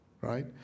Right